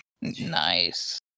Nice